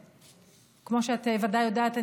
כמו שאת בוודאי יודעת,